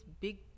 big